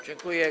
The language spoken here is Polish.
Dziękuję.